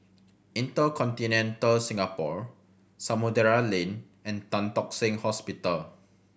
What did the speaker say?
InterContinental Singapore Samudera Lane and Tan Tock Seng Hospital